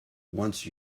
once